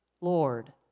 Lord